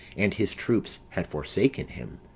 and his troops had forsaken him.